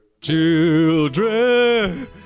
Children